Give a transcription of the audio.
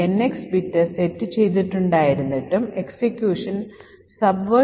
22 ബൈറ്റുകളേക്കാൾ വലിയ ഇൻപുട്ട് നൽകി ഈ പ്രോഗ്രാം റൺ ചെയ്യുമ്പോൾ എന്തുസംഭവിക്കുമെന്ന് ഇപ്പോൾ നോക്കാം